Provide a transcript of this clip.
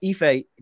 Ife